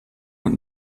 und